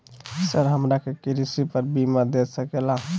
Sir हमरा के कृषि पर बीमा दे सके ला?